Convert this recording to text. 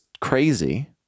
crazy